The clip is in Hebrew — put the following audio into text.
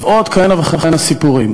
ועוד כהנה וכהנה סיפורים.